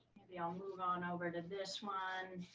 maybe i'll move on over to this one.